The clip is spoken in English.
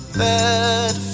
bed